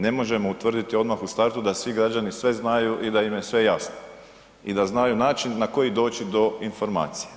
Ne možemo utvrditi odmah u startu da svi građani sve znaju i da im je sve jasno i da znaju način na koji doći do informacija.